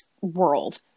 world